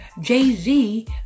Jay-Z